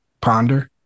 ponder